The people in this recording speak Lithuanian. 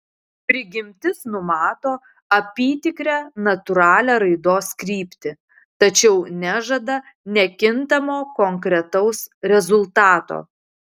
prigimtis numato apytikrę natūralią raidos kryptį tačiau nežada nekintamo konkretaus rezultato